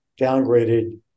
downgraded